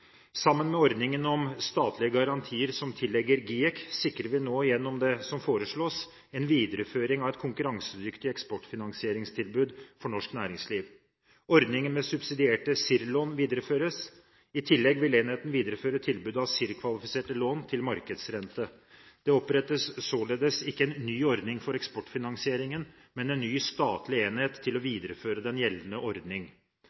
Sammen med ordningen om statlige garantier som tilligger GIEK, sikrer vi nå gjennom det som foreslås, en videreføring av et konkurransedyktig eksportfinansieringstilbud for norsk næringsliv. Ordningen med subsidierte CIRR-lån videreføres. I tillegg vil enheten videreføre tilbudet av CIRR-kvalifiserte lån til markedsrente. Det opprettes således ikke en ny ordning for eksportfinansiering, men en ny, statlig enhet til å